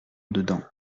dedans